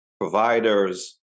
providers